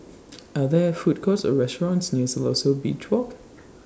Are There Food Courts Or restaurants near Siloso Beach Walk